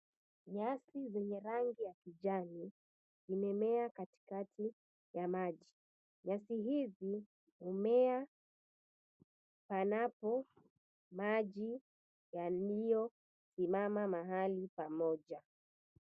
Nyasi zenye rangi ya kijani zimemea katikati ya maji, nyasi hizi humea panapo maji yaliyosimama pahali pamoja